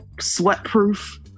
sweat-proof